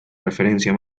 referencia